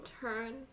turn